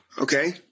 Okay